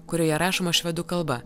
kurioje rašoma švedų kalba